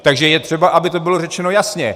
Takže je třeba, aby to bylo řečeno jasně.